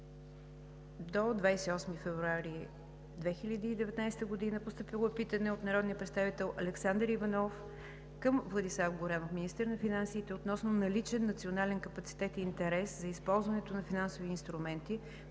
до 28 февруари 2019 г. Постъпило е питане от: - народния представител Александър Иванов към Владислав Горанов – министър на финансите, относно наличен национален капацитет и интерес за използването на финансови инструменти